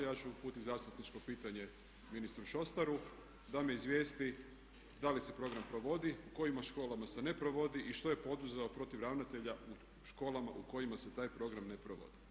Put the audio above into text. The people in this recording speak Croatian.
Ja ću uputit zastupničko pitanje ministru Šostaru da me izvijesti da li se program provodi, u kojim školama se ne provodi i što je poduzeo protiv ravnatelja u školama u kojima se taj program ne provodi.